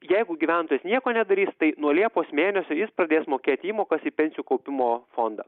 jeigu gyventojas nieko nedarys tai nuo liepos mėnesio jis pradės mokėti įmokas į pensijų kaupimo fondą